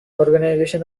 organization